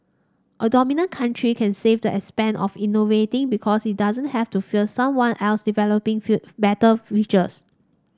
a dominant company can save the expense of innovating because it doesn't have to fear someone else developing few better features